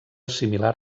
similar